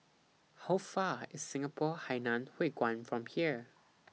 How Far IS Singapore Hainan Hwee Kuan from here